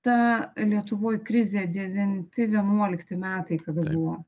ta lietuvoj krizė devinti vienuolikti metai kada buvo